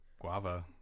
Guava